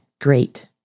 great